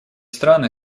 страны